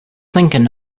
thinking